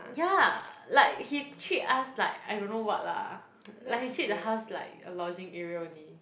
ya like he treat us like I don't know what lah like he treat the house like a lodging area only